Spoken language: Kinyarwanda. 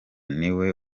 niwe